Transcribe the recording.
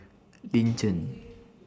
Lin Chen